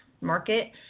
market